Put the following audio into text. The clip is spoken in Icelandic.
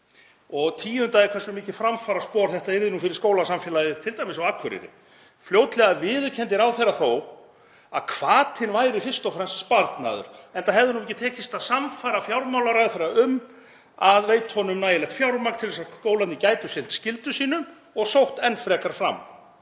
og tíundaði hversu mikið framfaraspor þetta yrði fyrir skólasamfélagið, t.d. á Akureyri. Fljótlega viðurkenndi ráðherra þó að hvatinn væri fyrst og fremst sparnaður, enda hefði honum ekki tekist að sannfæra fjármálaráðherra um að veita honum nægilegt fjármagn til þess að skólarnir gætu sinnt skyldum sínum og sótt enn frekar fram.